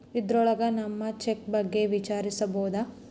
ಇದ್ರೊಳಗ ನಮ್ ಚೆಕ್ ಬಗ್ಗೆ ವಿಚಾರಿಸ್ಬೋದು